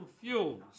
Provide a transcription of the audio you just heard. Fuels